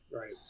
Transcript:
Right